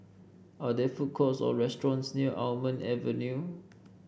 are there food courts or restaurants near Almond Avenue